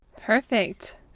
perfect